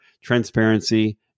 transparency